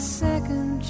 second